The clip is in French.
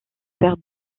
pertes